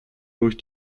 durch